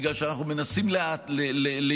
בגלל שאנחנו מנסים לייבא,